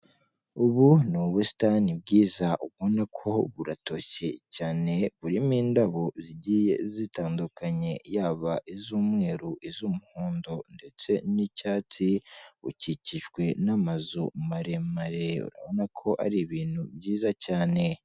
Ubu ni ubusitani bwiza ubona ko buratoshye cyane, burimo indabo zigiye zitandukanye yaba iz'umweru, iz'umuhondo ndetse n'icyatsi, bukikijwe n'amazu mare mare ubona ko ari ibintu byiza cyane.